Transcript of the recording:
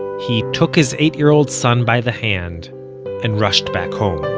he took his eight-year-old son by the hand and rushed back home